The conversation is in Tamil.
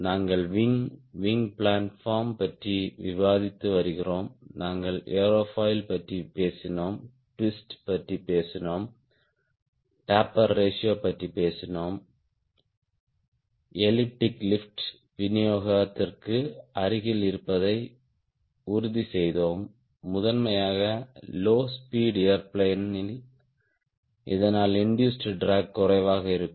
நாங்கள் விங் விங் பிளான்ஃபார்ம் பற்றி விவாதித்து வருகிறோம் நாங்கள் ஏரோஃபாயில் பற்றி பேசினோம் ட்விஸ்ட் பற்றி பேசினோம் டேப்பர் ரேஷியோ பற்றி பேசினோம் எலிப்டிக் லிப்ட் விநியோகத்திற்கு அருகில் இருப்பதை உறுதி செய்தோம் முதன்மையாக லோ ஸ்பீட் ஏர்பிளேன் ற்கு இதனால் இண்டூஸ்ட் ட்ராக் குறைவாக இருக்கும்